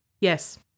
yes